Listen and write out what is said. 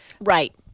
Right